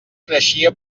creixia